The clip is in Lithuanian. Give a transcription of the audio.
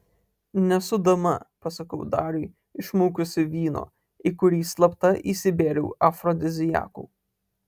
nesu dama pasakau dariui išmaukusi vyno į kurį slapta įsibėriau afrodiziakų